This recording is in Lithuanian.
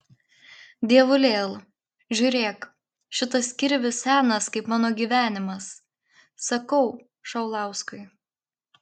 dievulėl žiūrėk šitas kirvis senas kaip mano gyvenimas sakau šaulauskui